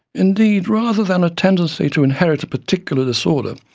indeed rather than a tendency to inherit a particular disorder,